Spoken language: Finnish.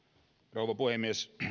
rouva puhemies